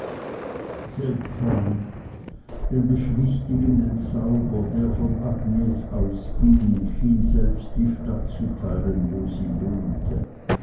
seltsam den beschwichtigenden zauber der von agnes ausging schien selbst die stadt zu teilen wo sie wohnte